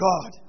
God